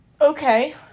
Okay